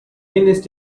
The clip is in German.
ist